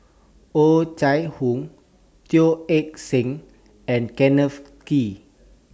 Oh Chai Hoo Teo Eng Seng and Kenneth Kee